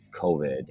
COVID